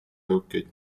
locate